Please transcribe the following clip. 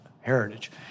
Heritage